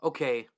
Okay